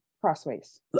crossways